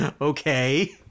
Okay